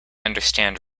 understand